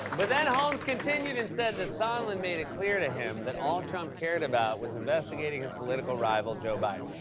but then holmes continued and said that sondland made it clear to him that all trump cared about was investigating his political rival, joe biden.